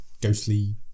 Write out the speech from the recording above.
ghostly